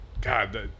God